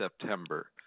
september